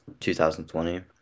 2020